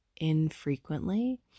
infrequently